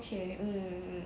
okay mm mm